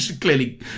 clearly